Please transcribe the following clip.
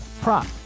prop